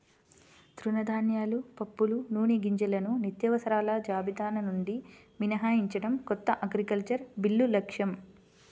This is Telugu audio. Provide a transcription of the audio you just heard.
తృణధాన్యాలు, పప్పులు, నూనెగింజలను నిత్యావసరాల జాబితా నుండి మినహాయించడం కొత్త అగ్రికల్చరల్ బిల్లు లక్ష్యం